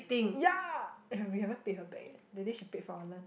ya eh we haven't pay her back yet that day she paid for our lunch